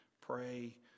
pray